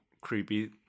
creepy